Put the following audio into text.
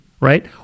right